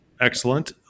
Excellent